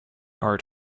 art